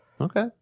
Okay